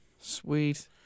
sweet